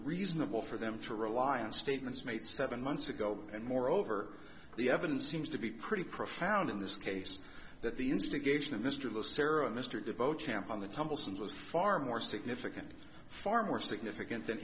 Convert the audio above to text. reasonable for them to rely on statements made seven months ago and moreover the evidence seems to be pretty profound in this case that the instigation of mr le sara mr devote champ on the temples and was far more significant far more significant than